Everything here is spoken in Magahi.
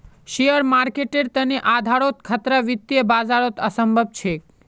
शेयर मार्केटेर तने आधारोत खतरा वित्तीय बाजारत असम्भव छेक